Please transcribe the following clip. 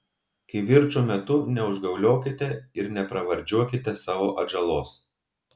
kivirčo metu neužgauliokite ir nepravardžiuokite savo atžalos